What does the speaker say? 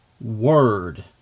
word